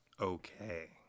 Okay